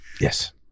yes